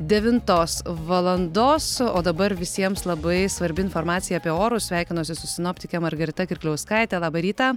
devintos valandos o dabar visiems labai svarbi informacija apie orus sveikinuosi su sinoptikė margarita kirkliauskaitė labą rytą